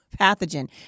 pathogen